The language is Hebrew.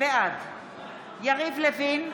בעד יריב לוין,